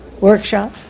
workshop